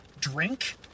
drink